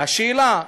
השאלה,